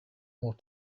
more